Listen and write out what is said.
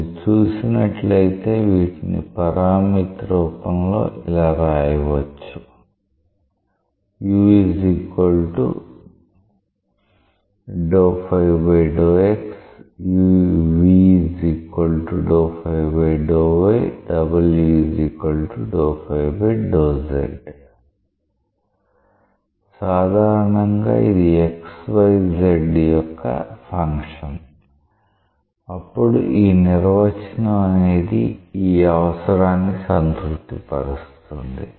మీరు చూసినట్లయితే వీటిని పారామితి రూపంలో ఇలా రాయవచ్చు సాధారణంగా ఇది x y z యొక్క ఫంక్షన్ అప్పుడు ఈ నిర్వచనం అనేది ఈ అవసరాన్ని సంతృప్తిపరుస్తుంది